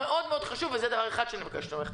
וממנו ללמוד איך לכתוב את התקנות כדי שאפשר יהיה ליישם אותן.